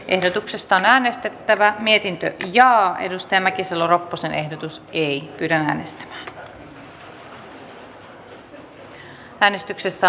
ehdotuksesta on äänestettävä mietintö linjaa edusti mäkisalo ropposen ehdotus ei kannatan esitystä